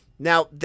Now